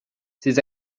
ces